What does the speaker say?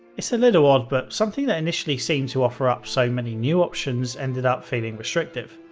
it's a little odd, but something that initially seemed to offer up so many new options ending up feeling restrictive.